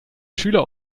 schüler